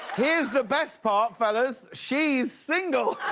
here's the best part, fellows she's single!